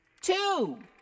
two